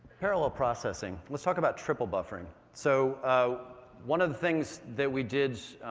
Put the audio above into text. parallel processing. let's talk about triple buffering. so ah one of the things that we did